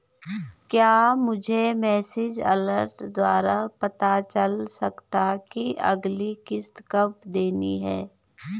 क्या मुझे message alert द्वारा पता चल सकता कि अगली किश्त कब देनी है?